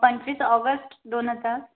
पंचवीस ऑगस्ट दोन हजार